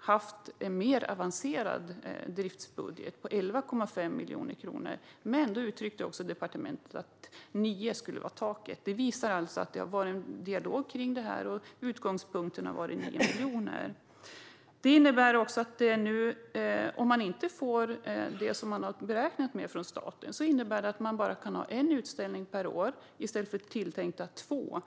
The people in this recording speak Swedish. haft en mer avancerad driftsbudget på 11,5 miljoner kronor, men då sa departementet att 9 miljoner skulle vara taket. Det visar alltså att det har varit en dialog kring det här och att utgångspunkten har varit 9 miljoner. Om man inte får det som man har räknat med från staten innebär det att man bara kan ha en utställning per år i stället för tilltänkta två.